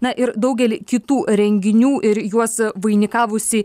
na ir daugelį kitų renginių ir juos vainikavusį